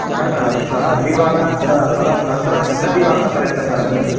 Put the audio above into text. न न श्वः द्विवादनात् प परं नन्तरं कति वादनपर्यन्तं करणीयं